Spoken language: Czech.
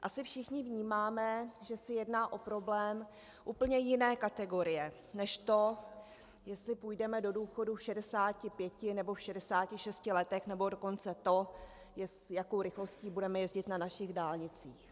Asi všichni vnímáme, že se jedná o problém úplně jiné kategorie než to, jestli půjdeme do důchodu v 65, nebo 66 letech, nebo dokonce to, jakou rychlostí budeme jezdit na našich dálnicích.